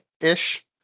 ish